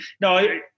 No